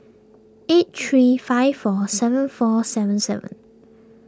eight three five four seven four seven seven